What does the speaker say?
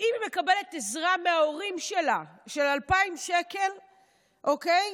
אם היא מקבלת עזרה מההורים שלה של 2,000 שקל למעון,